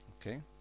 Okay